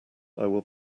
will